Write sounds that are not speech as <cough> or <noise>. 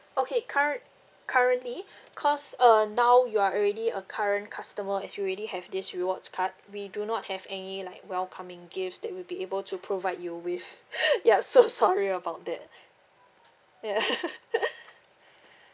okay curren~ currently because uh now you are already a current customer as you already have this rewards card we do not have any like welcoming gifts that we'll be able to provide you with <laughs> ya so <laughs> sorry about that ya <laughs>